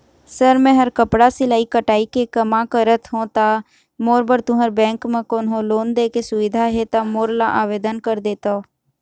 Sir मेहर कपड़ा सिलाई कटाई के कमा करत हों ता मोर बर तुंहर बैंक म कोन्हों लोन दे के सुविधा हे ता मोर ला आवेदन कर देतव?